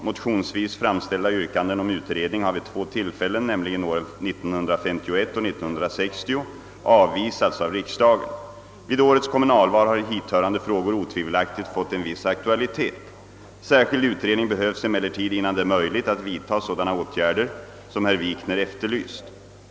Motionsvis framställda yrkanden om utredning har vid två tillfällen, nämligen åren 1951 och 1960, avvisats av riksdagen. Vid årets kommunalval har hithörande frågor otvivelaktigt fått en viss aktualitet. Särskild utredning behövs emellertid innan det är möjligt att vidta sådana åtgärder som herr Wikner efterlyst.